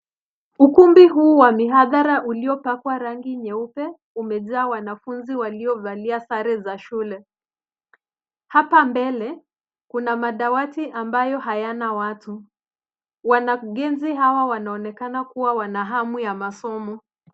Ukumbi huu wa mihadhara uliopakwa rangi nyeupe umejaa wanafunzi waliovalia sare za shule. Hapa mbele kuna madawati ambayo hayana watu. Wanagenzi hawa wanaonekana kuwa wana hamu ya masomo.